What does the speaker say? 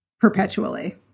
Perpetually